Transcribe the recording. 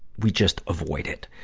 we just avoid it.